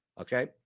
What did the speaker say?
Okay